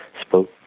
spoke